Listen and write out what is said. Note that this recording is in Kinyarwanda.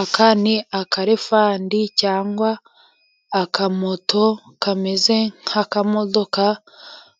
Aka ni akarefani cyangwa akamoto kameze nk'akamodoka.